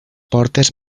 portes